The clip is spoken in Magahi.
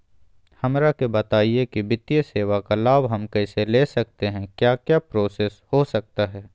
हमरा के बताइए की वित्तीय सेवा का लाभ हम कैसे ले सकते हैं क्या क्या प्रोसेस हो सकता है?